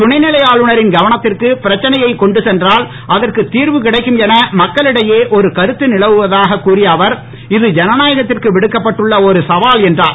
துணைநிலை ஆளுநரின் கவனத்திற்கு பிரச்சனையை கொண்டு சென்றால் அதற்கு திர்வு கிடைக்கும் என மக்களிடையே ஒரு கருத்து நிலவுவதாக கூறிய அவர் இது ஜனநாயகத்திற்கு விடுக்கப்பட்டுள்ள ஒரு சவால் என்றார்